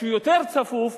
שיותר צפוף,